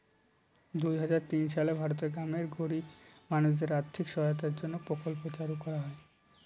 দুই হাজার তিন সালে ভারতের গ্রামের গরিব মানুষদের আর্থিক সহায়তার জন্য প্রকল্প চালু করা হয়